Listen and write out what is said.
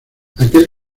aquel